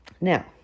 Now